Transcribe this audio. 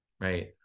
right